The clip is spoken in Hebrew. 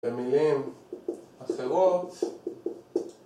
במילים אחרות